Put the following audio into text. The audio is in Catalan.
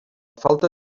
falta